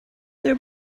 their